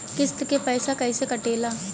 किस्त के पैसा कैसे कटेला?